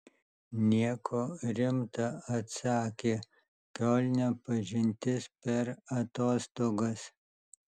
nieko rimta atsakė kiolne pažintis per atostogas